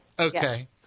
Okay